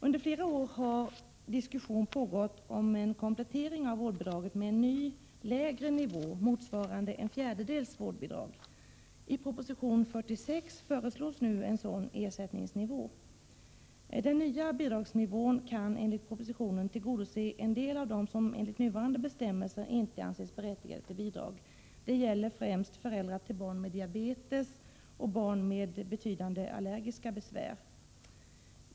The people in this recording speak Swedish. Under flera år har diskussion pågått om en komplettering av vårdbidraget med ny, lägre nivå motsvarande ett fjärdedels vårdbidrag. I proposition 46 föreslås nu en sådan ersättningsnivå. Den nya bidragsnivån kan enligt propositionen tillgodose behoven för en del av dem som enligt nuvarande bestämmelser inte anses berättigade till bidrag. Detta gäller främst föräldrar till barn med diabetes och barn med betydande allergiska besvär.